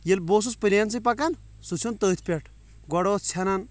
ییٚلہِ بہٕ اوسُس پُلینسٕے پکان سُہ ژھیوٚن تٔتھۍ پٮ۪ٹھ گۄڈٕ اوس ژھیٚنان